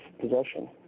possession